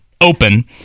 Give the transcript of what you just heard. open